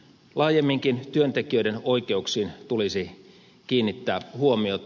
laajemminkin työntekijöiden oikeuksiin tulisi kiinnittää huomiota